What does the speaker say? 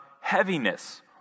heaviness